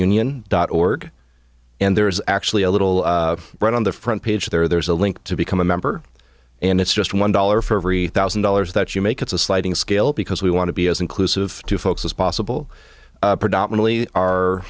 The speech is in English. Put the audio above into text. union dot org and there is actually a little right on the front page there there's a link to become a member and it's just one dollar for every thousand dollars that you make it's a sliding scale because we want to be as inclusive to folks as possible predominately